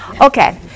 Okay